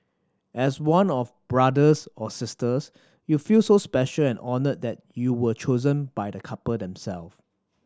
as one of brothers or sisters you feel so special and honoured that you were chosen by the couple them self